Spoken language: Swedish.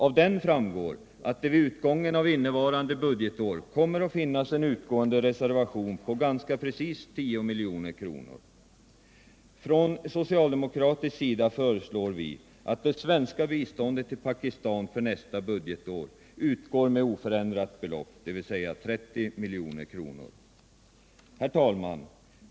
Av denna framgår att det vid utgången av innevarande budgetår kommer att finnas en utgående reservation på ganska precis 10 milj.kr. Från socialdemokratisk sida föreslår vi att det svenska biståndet till Pakistan för nästa budgetår utgår med oförändrat belopp, dvs. 30 milj.kr. Herr talman!